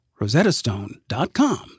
rosettastone.com